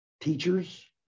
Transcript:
teachers